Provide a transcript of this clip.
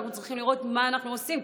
אנחנו צריכים לראות מה אנחנו עושים,